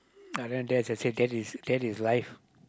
other than that I said that is that is life